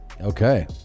okay